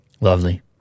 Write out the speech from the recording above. Lovely